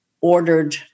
ordered